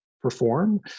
perform